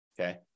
okay